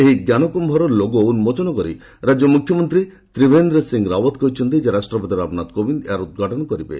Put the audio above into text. ଏହି ଜ୍ଞାନକୁମ୍ଭର ଲୋଗୋ ଉନ୍କୋଚନ କରି ରାଜ୍ୟ ମୁଖ୍ୟମନ୍ତ୍ରୀ ତ୍ରିଭେନ୍ଦ୍ର ସିଂ ରାଓ୍ପତ କହିଛନ୍ତି ରାଷ୍ଟ୍ରପତି ରାମନାଥ କୋବିନ୍ଦ ଏହାର ଉଦ୍ଘାଟନ କରିବେ